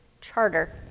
charter